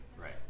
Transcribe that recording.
right